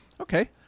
Okay